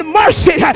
mercy